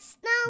snow